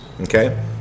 okay